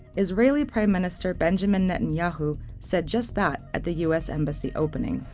israeli prime minister benjamin netanyahu said just that at the us embassy opening.